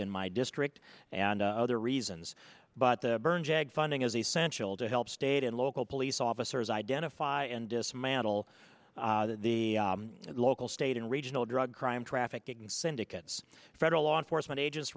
in my district and other reasons but the burn jag funding is essential to help state and local police officers identify and dismantle the local state and regional drug crime trafficking syndicates federal law enforcement agents